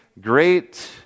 great